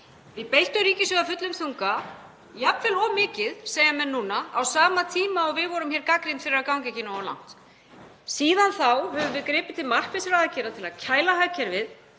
Við beittum ríkissjóði af fullum þunga, jafnvel of mikið, segja menn núna, á sama tíma og við vorum gagnrýnd fyrir að ganga ekki nógu langt. Síðan þá höfum við gripið til markvissra aðgerða til að kæla hagkerfið,